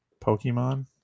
Pokemon